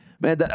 man